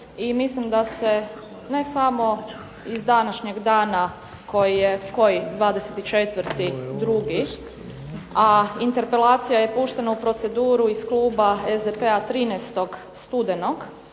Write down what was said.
mislim da se ne samo iz današnjeg dana koji je 24.2., a interpelacija je puštena u proceduru iz kluba SDP-a 13. studenog,